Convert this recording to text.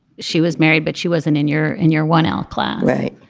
she was married, but she wasn't in your in your one hour class. right.